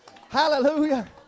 Hallelujah